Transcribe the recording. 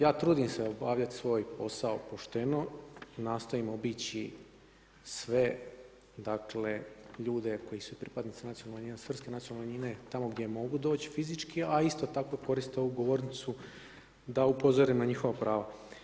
Ja trudim se obavljat svoj posao pošteno, nastojim obići sve, dakle ljude koji su pripadnici nacionalnih manjina, srpske nacionalne manjine, tamo gdje mogu doći fizički a isto tako koriste ovu govornicu da upozore na njihova prava.